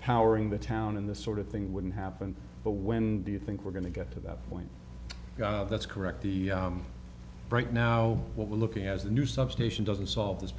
powering the town in the sort of thing wouldn't happen but when do you think we're going to get to that point that's correct the right now what we're looking as a new substation doesn't solve this